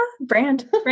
brand